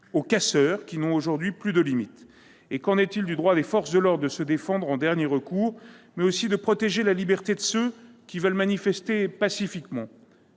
aux casseurs qui n'ont aujourd'hui plus de limites. Qu'en est-il du droit des forces de l'ordre de se défendre en dernier recours, mais aussi de protéger la liberté des personnes désireuses de manifester pacifiquement ?